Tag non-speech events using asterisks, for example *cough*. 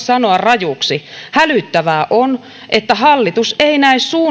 *unintelligible* sanoa rajuksi hälyttävää on että hallitus ei näe suunnanmuutosta